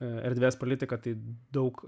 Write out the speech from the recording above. erdves politiką tai daug